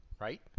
Right